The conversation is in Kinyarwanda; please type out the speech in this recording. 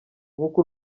nk’uko